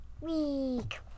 week